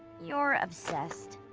you're obsessed.